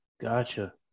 Gotcha